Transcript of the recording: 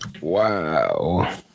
Wow